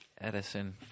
Edison